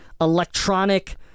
electronic